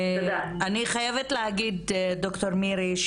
אני חייבת להגיד דוקטור מירי,